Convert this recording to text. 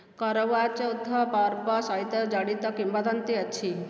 କରୱା ଚୌଥ ପର୍ବ ସହିତ ଜଡ଼ିତ କିମ୍ବଦନ୍ତୀ ଅଛି